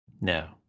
No